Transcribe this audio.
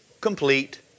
complete